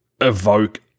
evoke